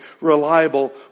reliable